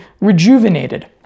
rejuvenated